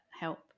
help